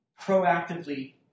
proactively